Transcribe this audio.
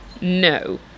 No